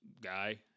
guy